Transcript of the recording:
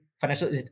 financial